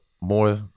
more